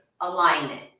alignment